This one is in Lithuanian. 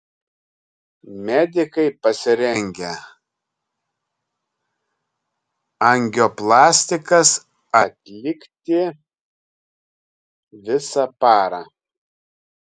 medikai pasirengę angioplastikas atlikti visą parą